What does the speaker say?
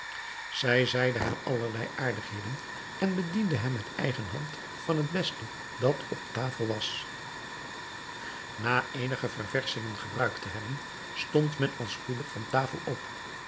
zij zeide hem allerlei aardigheden en bediende hem met eigen hand van het beste dat op tafel was na eenige ververschingen gebruikt te hebben stond men al spoedig van tafel op